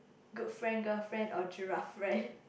good friend girl friend or giraffe friend